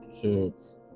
kids